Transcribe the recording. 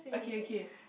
okay okay